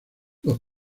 los